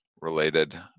related